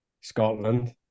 Scotland